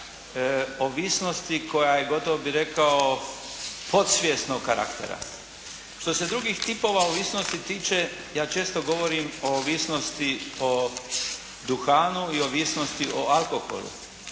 ovisnosti koja je gotovo bih rekao podsvjesnog karaktera. Što se drugih tipova ovisnosti tiče, ja često govori o ovisnosti o duhanu i ovisnosti o alkoholu.